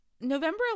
November